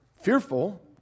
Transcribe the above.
fearful